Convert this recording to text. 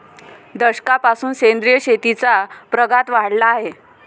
दशकापासून सेंद्रिय शेतीचा प्रघात वाढला आहे